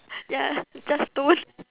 ya just stone